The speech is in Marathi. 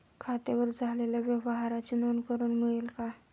खात्यावर झालेल्या व्यवहाराची नोंद करून मिळेल का?